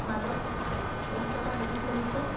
মাজত ঐক্যতা বহন কৰিছে